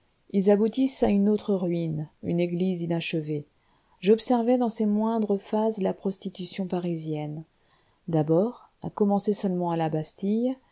ils aboutissent à une autre ruine une église inachevée j'observais dans ses moindres phases la prostitution parisienne d'abord à commencer seulement à la bastille